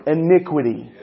iniquity